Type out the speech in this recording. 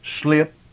slip